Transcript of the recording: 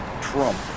Trump